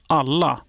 alla